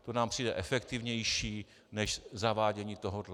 To nám přijde efektivnější než zavádění tohohle.